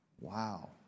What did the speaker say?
Wow